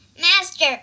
Master